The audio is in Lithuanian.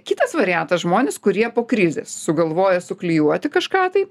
kitas variantas žmonės kurie po krizės sugalvoja suklijuoti kažką tai